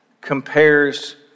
compares